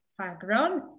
Fagron